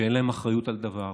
שאין להם אחריות על דבר,